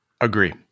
Agree